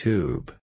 Tube